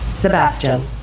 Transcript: Sebastian